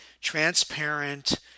transparent